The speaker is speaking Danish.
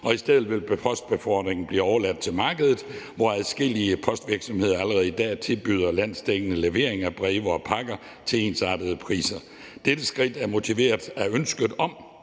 I stedet vil postbefordringen blive overladt til markedet, hvor adskillige postvirksomheder allerede i dag tilbyder landsdækkende levering af breve og pakker til ensartede priser. Dette skridt er motiveret af ønsket om